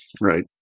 right